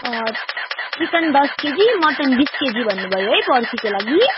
chicken दस KG mutton बिस KG भन्नुभयो है पर्सीको लागि